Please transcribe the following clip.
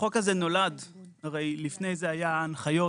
החוק הזה נולד - הרי לפני כן היו הנחיות,